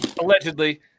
Allegedly